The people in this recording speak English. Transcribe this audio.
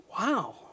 Wow